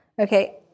Okay